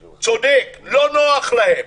צודק, לא נוח להם.